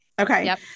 Okay